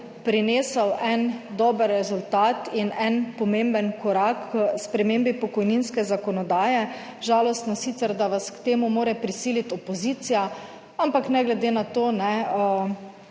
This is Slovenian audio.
prinesel en dober rezultat in en pomemben korak k spremembi pokojninske zakonodaje. Žalostno sicer, da vas k temu mora prisiliti opozicija, ampak ne glede na to,